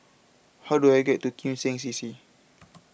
how do I get to Kim Seng C C